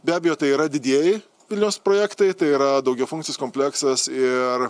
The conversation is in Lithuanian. be abejo tai yra didieji vilniaus projektai tai yra daugiafunkcis kompleksas ir